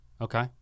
Okay